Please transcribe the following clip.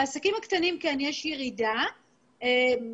יש ירידה בעסקים הקטנים,